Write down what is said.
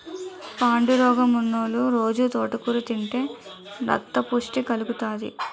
పాండురోగమున్నోలు రొజూ తోటకూర తింతే రక్తపుష్టి కలుగుతాది